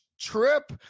trip